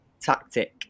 tactic